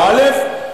באל"ף.